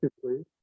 please